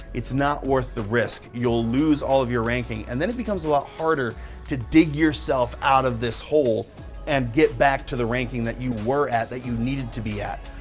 it's not worth the risk. you'll lose all of your ranking, and then it becomes a lot harder to dig yourself out of this hole and get back to the ranking that you were at that you needed to be at.